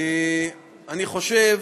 אני חושב